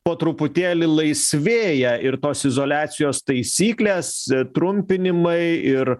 po truputėlį laisvėja ir tos izoliacijos taisyklės trumpinimai ir